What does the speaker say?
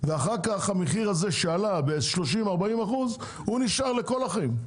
ואחר כך המחיר הזה שעלה ב-40%-30% הוא נשאר לכל החיים.